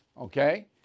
Okay